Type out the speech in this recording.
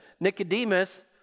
Nicodemus